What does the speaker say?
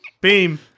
beam